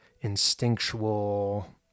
instinctual